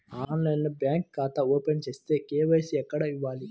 ఆన్లైన్లో బ్యాంకు ఖాతా ఓపెన్ చేస్తే, కే.వై.సి ఎక్కడ ఇవ్వాలి?